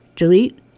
Delete